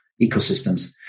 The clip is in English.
ecosystems